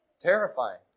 terrifying